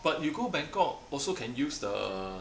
but you go bangkok also can use the